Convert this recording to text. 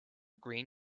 green